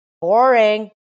boring